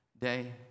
day